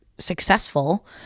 successful